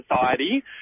society